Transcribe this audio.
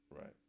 right